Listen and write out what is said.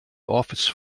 office